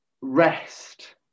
rest